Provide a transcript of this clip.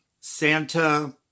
Santa